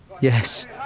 Yes